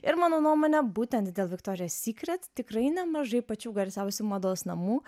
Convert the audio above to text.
ir mano nuomone būtent dėl viktorijos sykret tikrai nemažai pačių garsiausių mados namų